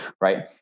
Right